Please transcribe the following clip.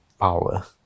power